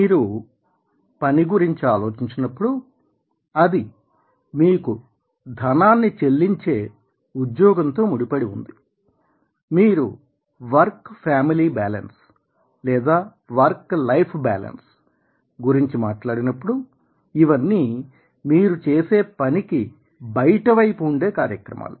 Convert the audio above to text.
మీరు పని గురించి ఆలోచించినప్పుడు అది మీకు ధనాన్ని చెల్లించే ఉద్యోగం తో ముడిపడి ఉంది మీరు వర్క్ ఫ్యామిలీ బ్యాలెన్స్ లేదా వర్క్ లైఫ్ బ్యాలెన్స్ గురించి మాట్లాడినప్పుడు ఇవన్నీ మీరు చేసే పనికి బయటవైపు ఉండే కార్యక్రమాలు